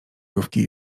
jówki